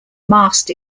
mast